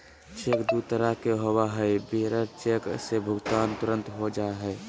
cheque दू तरह के होबो हइ, बियरर चेक से भुगतान तुरंत हो जा हइ